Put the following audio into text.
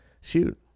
Shoot